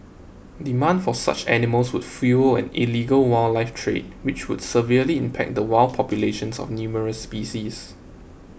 demand for such animals would fuel an illegal wildlife trade which would severely impact the wild populations of numerous species